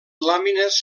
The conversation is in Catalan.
làmines